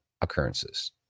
occurrences